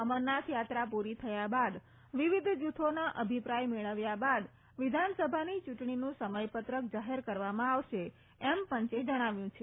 અમરનાથ યાત્રા પુરી થયા બાદ વિવિધ જુથોના અભિપ્રાય મેળ્વયા બાદ વિધાનસભાની ચુંટણીનું સમયપત્રક જાહેર કરવામાં આવશે એમ પંચે જણાવ્યું છે